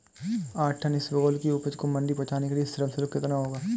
आठ टन इसबगोल की उपज को मंडी पहुंचाने के लिए श्रम शुल्क कितना होगा?